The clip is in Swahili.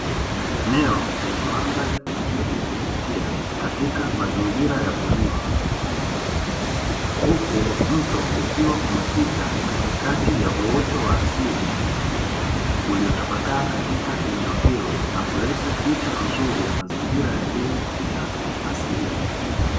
Eneo lenye mandhari nzuri ya kuvutia katika mazingira ya porini, huku mto ukiwa umepita katikati ya uoto wa asili uliotapakaa katika eneo hilo na kuleta picha nzuri ya mazingira yaliyo ya asilia.